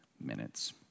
minutes